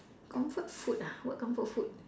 comfort food ah what comfort food